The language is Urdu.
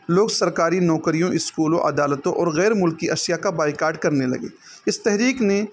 لوگ سرکاری نوکریوں اسکولوں عدالتوں اور غیرملک کی اشیاء کا بائیکاٹ کرنے لگے اس تحریک نے